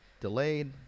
delayed